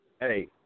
Hey